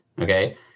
okay